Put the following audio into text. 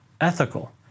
ethical